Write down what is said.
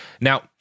Now